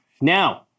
Now